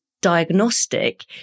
diagnostic